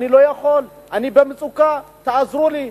אני לא יכול, אני במצוקה, תעזרו לי.